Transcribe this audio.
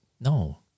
no